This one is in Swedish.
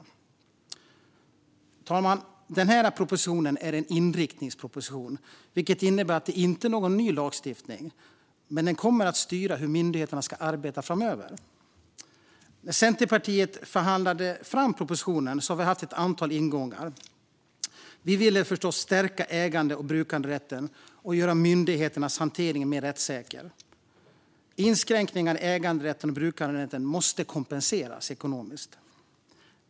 Fru talman! Denna proposition är en inriktningsproposition, vilket innebär att den inte behandlar någon ny lagstiftning, men den kommer att styra hur myndigheterna ska arbeta framöver. När Centerpartiet förhandlade fram propositionen hade vi ett antal ingångar. Vi ville förstås stärka ägande och brukanderätten och göra myndigheternas hantering mer rättssäker. Inskränkningar i ägande och brukanderätten måste kompenseras ekonomiskt.